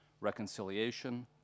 Reconciliation